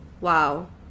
wow